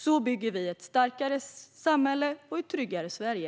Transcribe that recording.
Så bygger vi ett starkare samhälle och ett tryggare Sverige.